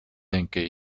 denke